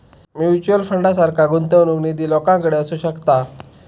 mutual फंडासारखा गुंतवणूक निधी लोकांकडे असू शकता